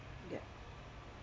ya